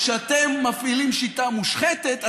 שאתם מפעילים שיטה מושחתת,